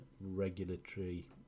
regulatory